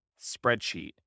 spreadsheet